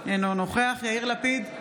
אינו נוכח יאיר לפיד,